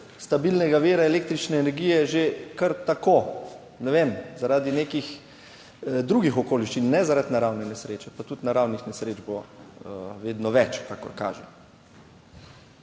stabilnega vira električne energije že kar tako, ne vem, zaradi nekih drugih okoliščin, ne zaradi naravne nesreče, pa tudi naravnih nesreč bo vedno več, kakor kaže.